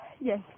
Yes